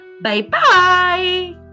Bye-bye